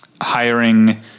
hiring